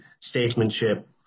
statesmanship